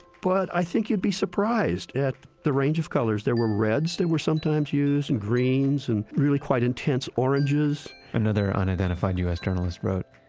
but i think you'd be surprised at the range of colors. there were reds, that were sometimes chosen and greens and really quite intense oranges another unidentified us journalist wrote,